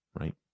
right